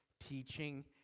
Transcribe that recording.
Teaching